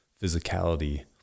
physicality